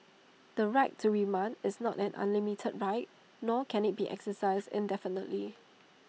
the right to remand is not an unlimited right nor can IT be exercised indefinitely